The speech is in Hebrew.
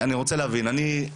עכשיו,